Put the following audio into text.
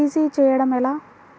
CC చేయడము ఎలా?